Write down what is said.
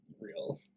real